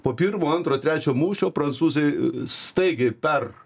po pirmo antro trečio mūšio prancūzai staigiai per